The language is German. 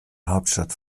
hauptstadt